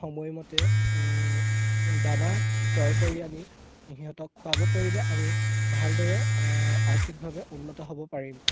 সময়মতে দানা ক্ৰয় কৰি আনি সিহঁতক খোৱাব পাৰিলে আমি ভালদৰে আৰ্থিকভাৱে উন্নত হ'ব পাৰিম